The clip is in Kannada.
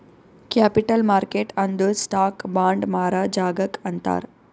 ಕ್ಯಾಪಿಟಲ್ ಮಾರ್ಕೆಟ್ ಅಂದುರ್ ಸ್ಟಾಕ್, ಬಾಂಡ್ ಮಾರಾ ಜಾಗಾಕ್ ಅಂತಾರ್